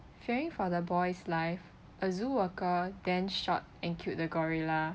fearing for the boy's life a zoo worker then shot and killed the gorilla